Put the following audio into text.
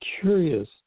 curious